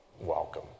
welcome